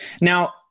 Now